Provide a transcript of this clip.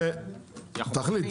- תחליט.